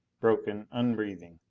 broken, unbreathing.